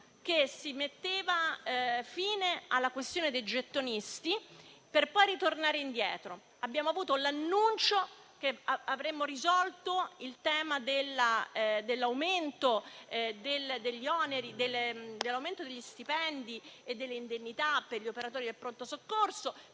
messa una fine alla questione dei gettonisti, per poi tornare indietro; abbiamo avuto l'annuncio che avremmo risolto il tema dell'aumento degli stipendi e delle indennità per gli operatori del pronto soccorso